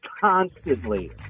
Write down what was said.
constantly